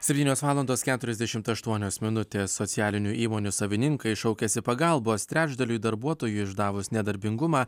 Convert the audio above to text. septynios valandos keturiasdešimt aštuonios minutės socialinių įmonių savininkai šaukiasi pagalbos trečdaliui darbuotojų išdavus nedarbingumą